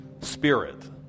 spirit